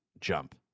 jump